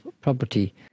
property